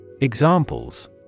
Examples